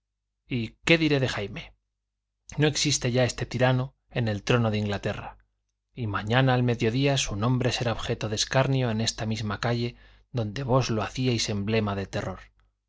y qué diré de jaime no existe ya este tirano en el trono de inglaterra y mañana al mediodía su nombre será objeto de escarnio en esta misma calle donde vos lo hacíais emblema de terror